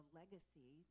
legacy